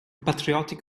patriotic